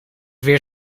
weer